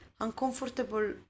uncomfortable